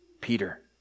Peter